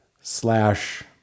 slash